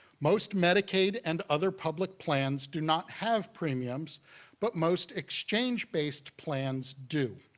most medicaid and other public plans do not have premiums but most exchange-based plans do.